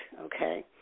okay